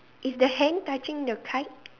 is the hand touching the kite